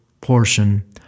portion